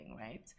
right